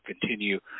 continue